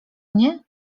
mnie